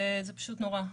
וזה פשוט נורא.